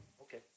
Okay